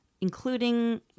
including